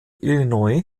illinois